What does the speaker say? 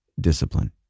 discipline